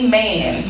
man